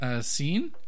scene